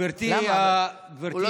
גברתי, יכול לרדת.